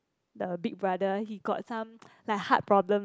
the big brother he got some like heart problems